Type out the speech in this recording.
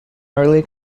early